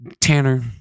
Tanner